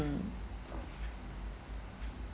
mm